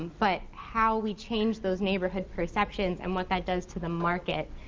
but how we change those neighborhood perceptions and what that does to the market,